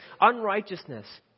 Unrighteousness